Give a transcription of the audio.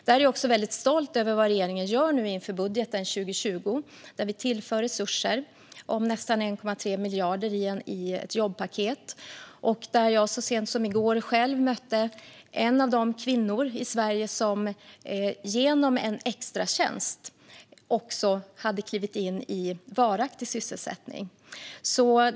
Jag är också väldigt stolt över vad regeringen gör inför budgeten 2020, där vi tillför resurser om nästan 1,3 miljarder i ett jobbpaket. Så sent som i går mötte jag själv en av de kvinnor i Sverige som genom en extratjänst hade klivit in i varaktig sysselsättning.